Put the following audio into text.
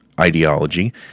Ideology